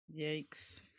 yikes